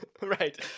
right